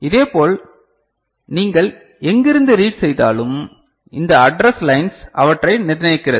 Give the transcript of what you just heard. இதேபோல் நீங்கள் எங்கிருந்து ரீட் செய்தாலும் இந்த அட்ரஸ் லைன்ஸ் அவற்றை நிர்நியக்கிறது